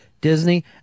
Disney